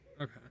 Okay